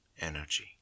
energy